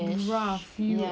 are that friend